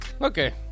Okay